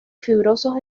fibrosos